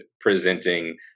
presenting